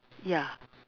ya